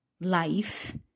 life